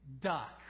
duck